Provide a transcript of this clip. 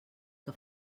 que